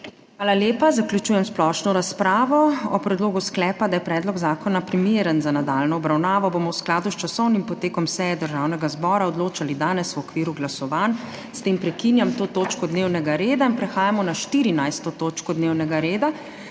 Hvala lepa. Zaključujem splošno razpravo. O predlogu sklepa, da je predlog zakona primeren za nadaljnjo obravnavo, bomo v skladu s časovnim potekom seje Državnega zbora odločali danes v okviru glasovanj. S tem prekinjam to točko dnevnega reda. Prehajamo na 14. TOČKO DNEVNEGA REDA,